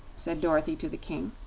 said dorothy to the king,